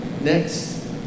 Next